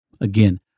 Again